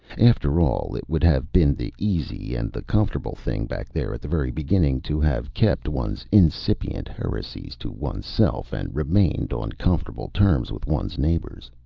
after all, it would have been the easy and the comfortable thing, back there at the very beginning, to have kept one's incipient heresies to oneself and remained on comfortable terms with one's neighbors.